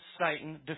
Satan